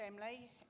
family